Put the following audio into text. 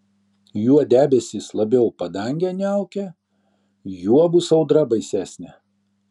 juo debesys labiau padangę niaukia juo bus audra baisesnė